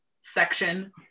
section